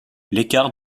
l’écart